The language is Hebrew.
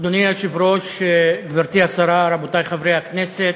אדוני היושב-ראש, גברתי השרה, רבותי חברי הכנסת,